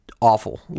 awful